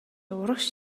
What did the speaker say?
урагш